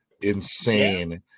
insane